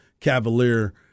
Cavalier